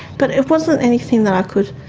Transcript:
but it wasn't anything that i could,